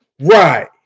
right